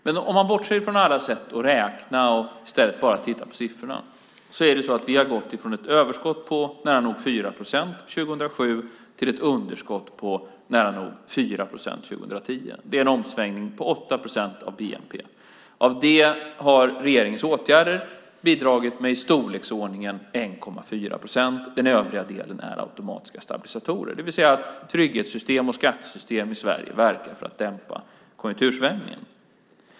Men om man bortser från alla sätt att räkna och i stället bara tittar på siffrorna har vi gått ifrån ett överskott på nära nog 4 procent 2007 till ett underskott på nära nog 4 procent 2010. Det är en omsvängning på 8 procent av bnp. Av detta har regeringens åtgärder bidragit med i storleksordningen 1,4 procent. Den övriga delen är automatiska stabilisatorer, det vill säga trygghetssystem och skattesystem i Sverige verkar för att dämpa konjunktursvängningen.